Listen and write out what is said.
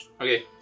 okay